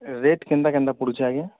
ଏ rate କେନ୍ତା କେନ୍ତା ପଡ଼ୁଛେ ଆଜ୍ଞା